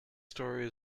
story